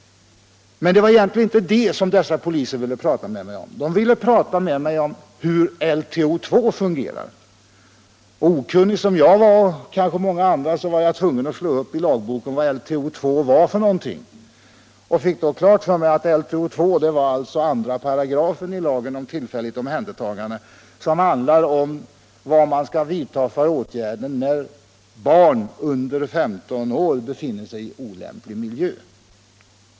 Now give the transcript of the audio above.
Men det var egentligen inte det som poliserna ville tala med mig om: de ville tala om hur LTO 2 fungerar. Okunnig som jag var — och kanske många andra med mig — var jag tvungen att slå upp i lagboken vad LTO 2 var för någonting, och då fick jag klart för mig att det var 2 § lagen om tillfälligt omhändertagande. Den paragrafen handlar om vad man skall vidta för åtgärder när barn under 15 år befinner sig i olämplig miljö.